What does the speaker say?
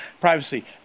privacy